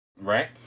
Right